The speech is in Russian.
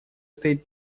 стоит